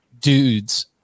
dudes